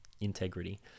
integrity